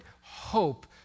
hope